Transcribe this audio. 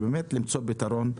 למצוא פתרון.